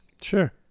Sure